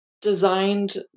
designed